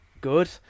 good